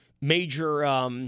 major